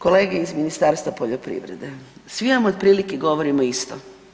Kolege iz Ministarstva poljoprivrede svi vam otprilike govorimo isto.